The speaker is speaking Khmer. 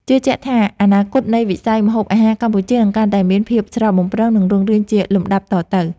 ជឿជាក់ថាអនាគតនៃវិស័យម្ហូបអាហារកម្ពុជានឹងកាន់តែមានភាពស្រស់បំព្រងនិងរុងរឿងជាលំដាប់តទៅ។